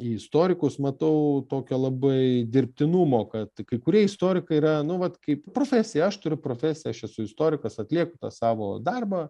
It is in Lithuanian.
į istorikus matau tokio labai dirbtinumo kad kai kurie istorikai yra nu vat kaip profesija aš turiu profesiją aš esu istorikas atlieku tą savo darbą